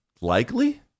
likely